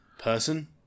person